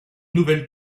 nouvelle